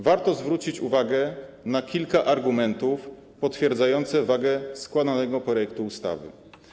Warto zwrócić uwagę na kilka argumentów potwierdzających wagę składanego projektu ustawy.